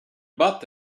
butt